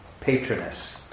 patroness